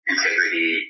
Integrity